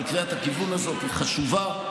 קריאת הכיוון הזאת היא חשובה,